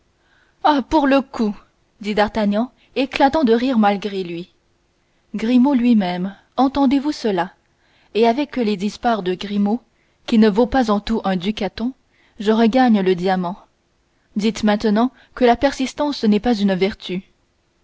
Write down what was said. ah pour le coup dit d'artagnan éclatant de rire malgré lui grimaud lui-même entendez-vous cela et avec les dix parts de grimaud qui ne vaut pas en tout un ducaton je regagne le diamant dites maintenant que la persistance n'est pas une vertu